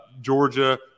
Georgia